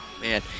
Man